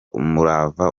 umurava